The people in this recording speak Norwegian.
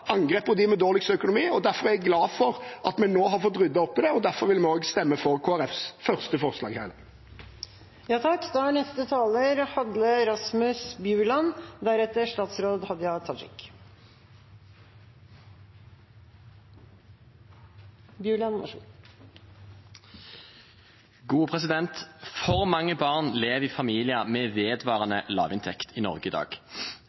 angrep på dem med dårligst økonomi. Derfor er jeg glad for at vi nå har fått ryddet opp i det, og derfor vil vi også stemme for forslag nr. 1, fra Kristelig Folkeparti. For mange barn lever i familier med vedvarende lavinntekt i Norge i dag. Tall fra SSB viser at barn av innvandrerforeldre og enslige forsørgere er sterkest representert av barn med familier med